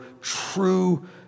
true